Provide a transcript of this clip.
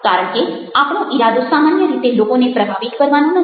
કારણ કે આપણો ઈરાદો સામાન્ય રીતે લોકોને પ્રભાવિત કરવાનો નથી